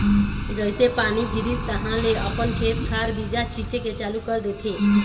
जइसे पानी गिरिस तहाँले अपन खेत खार बीजा छिचे के चालू कर देथे